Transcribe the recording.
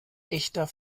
echter